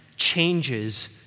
changes